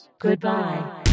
Goodbye